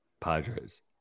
Padres